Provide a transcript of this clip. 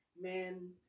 Man